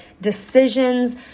decisions